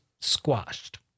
squashed